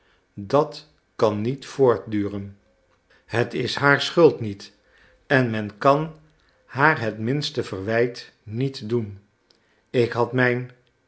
dat kan niet voortduren het is haar schuld niet en men kan haar het minste verwijt niet doen ik had mijn